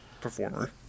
performer